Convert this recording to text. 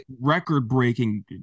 record-breaking